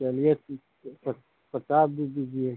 चलिए पचास दे दीजिए